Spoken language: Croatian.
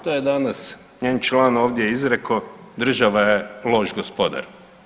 To je danas njen član ovdje izrekao, država je loš gospodar.